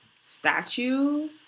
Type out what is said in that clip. statue